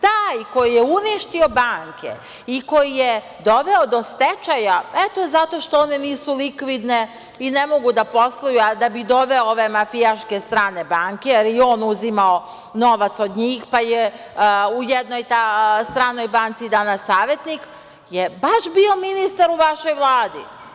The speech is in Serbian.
Taj koji je uništio banke i koji je doveo do stečaja, eto zato što one nisu likvidne i ne mogu da posluju, a da bi doveo ove mafijaške strane banke, jer je i on uzimao novac od njih, pa je u jednoj stranoj banci danas savetnik, je baš bio ministar u vašoj Vladi.